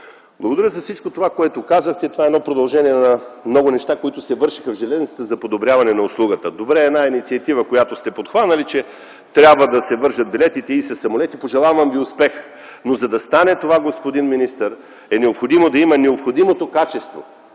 благодаря за всичко това, което казахте. Това е едно продължение на много неща, които се вършеха в железниците за подобряване на услугата. Добра е една инициатива, която сте подхванали, че трябва да се вържат билетите и със самолетните. Пожелавам ви успех. Но, за да стане това, господин министър, е нужно да има необходимото качество